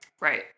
Right